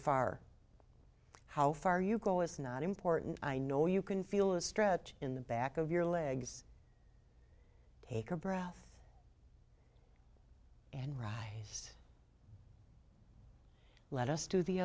far how far you go it's not important i know you can feel a stretch in the back of your legs take a breath and rise let us do the